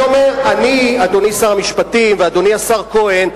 אדוני שר המשפטים ואדוני השר כהן,